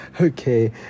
okay